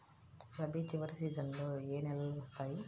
రబీ చివరి సీజన్లో ఏ నెలలు వస్తాయి?